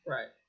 Right